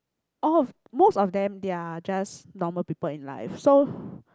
of most of them they are just normal people in life so